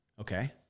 Okay